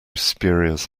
spurious